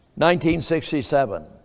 1967